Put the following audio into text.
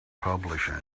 publishing